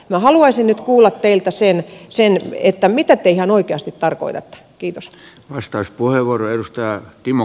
minä haluaisin nyt kuulla teiltä sen mitä te ihan oikeasti tarkoitatte